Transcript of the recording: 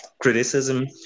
criticism